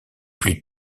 plus